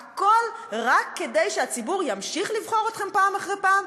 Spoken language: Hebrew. הכול רק כדי שהציבור ימשיך לבחור אתכם פעם אחרי פעם?